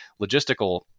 logistical